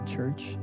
church